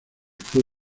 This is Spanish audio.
fue